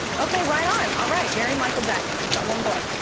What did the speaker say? okay, right on. all right, very michael jackson. you've got one glove.